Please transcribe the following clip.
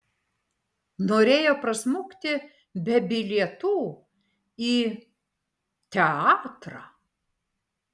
norėjo prasmukti be bilietų į teatrą